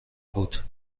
بود